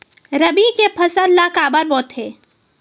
रबी के फसल ला काबर बोथे?